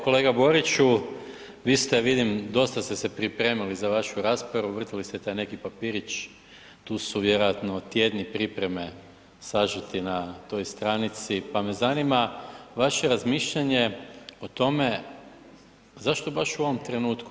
Kolega Boriću, vi ste vidim, dosta ste se pripremali za vašu raspravu, vrtili ste taj neki papirić, tu su vjerojatno tjedni pripreme sažeti na toj stranici pa me zanima vaše razmišljanje o tome, zašto baš u ovom trenutku.